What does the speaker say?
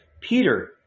Peter